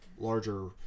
larger